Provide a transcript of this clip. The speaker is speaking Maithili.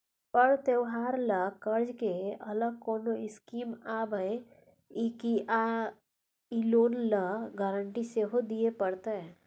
पर्व त्योहार ल कर्ज के अलग कोनो स्कीम आबै इ की आ इ लोन ल गारंटी सेहो दिए परतै?